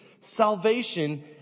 salvation